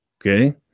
Okay